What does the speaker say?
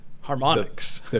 Harmonics